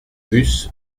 bus